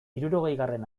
hirurogeigarren